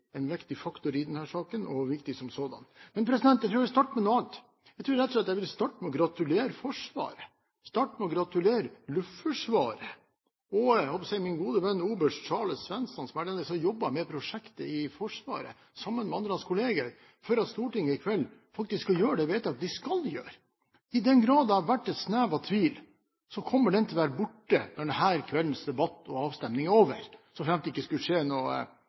en viktig faktor i denne saken og viktig som sådan. Men jeg tror jeg vil starte med noe annet. Jeg tror rett og slett jeg vil starte med å gratulere Forsvaret, starte med å gratulere Luftforsvaret og jeg holdt på å si min gode venn oberst Charles Svensson – som er den som har jobbet med prosjektet i Forsvaret, sammen med andre av hans kolleger – for at Stortinget i kveld faktisk skal gjøre det vedtaket de skal gjøre. I den grad det har vært et snev av tvil, kommer den til å være borte når denne kveldens debatt og avstemning er over – så fremt det ikke skulle skje noe